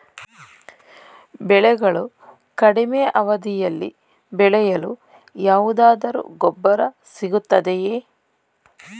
ಬೆಳೆಗಳು ಕಡಿಮೆ ಅವಧಿಯಲ್ಲಿ ಬೆಳೆಯಲು ಯಾವುದಾದರು ಗೊಬ್ಬರ ಸಿಗುತ್ತದೆಯೇ?